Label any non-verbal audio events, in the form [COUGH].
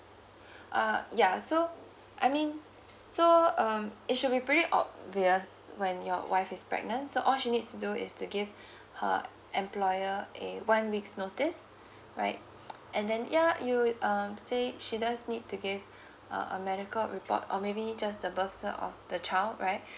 uh ya so I mean so um it should be pretty obvious when your wife is pregnant so all she needs to do is to give her employer a one week's notice right [NOISE] and then ya you um say she just need to give uh a medical report or maybe just a birth cert of the child right